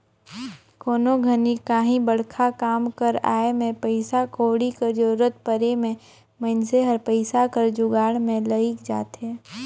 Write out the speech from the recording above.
कोनो घनी काहीं बड़खा काम कर आए में पइसा कउड़ी कर जरूरत परे में मइनसे हर पइसा कर जुगाड़ में लइग जाथे